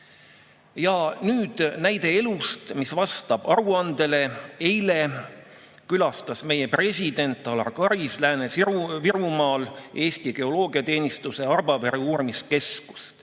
Ja nüüd näide elust, mis vastab aruandele. Eile külastas meie president Alar Karis Lääne-Virumaal Eesti Geoloogiateenistuse Arbavere uurimiskeskust,